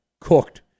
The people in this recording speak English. cooked